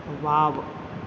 wow